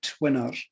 winner